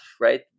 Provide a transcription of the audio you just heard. right